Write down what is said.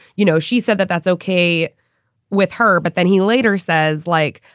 you know, she said that that's okay with her. but then he later says, like,